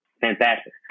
Fantastic